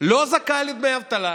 לא זכאי לדמי אבטלה.